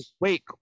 Wait